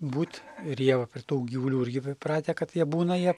būt ir jie va prie tų gyvulių irgi pripratę kad jie būna jie